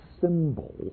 symbol